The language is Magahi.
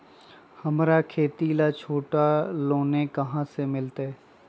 हमरा खेती ला छोटा लोने कहाँ से मिलतै?